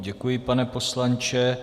Děkuji, pane poslanče.